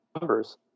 numbers